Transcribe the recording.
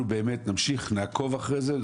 אנחנו נמשיך ונעקוב אחרי זה.